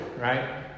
right